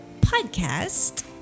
podcast